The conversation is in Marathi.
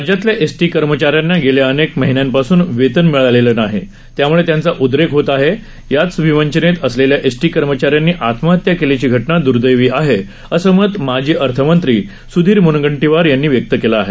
राज्यातल्या एसटी कर्मचाऱ्यांना गेल्या अनेक महिन्यांपासून वेतन मिळालेलं नाही त्याम्ळे त्यांचा उद्रेक होत आहे याच विवंचनेत असलेल्या एसटी कर्मचाऱ्यांनी आत्महत्या केल्याची घटना दुर्दैवी आहे असं मत माजी अर्थमंत्री स्धीर म्नगंटीवार यांनी व्यक्त केलं आहे